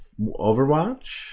Overwatch